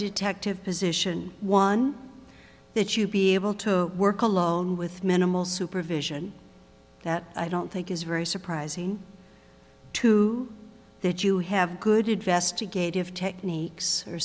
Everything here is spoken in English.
detective position one that you'd be able to work alone with minimal supervision that i don't think is very surprising to that you have good investigative techniques or